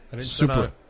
Super